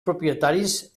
propietaris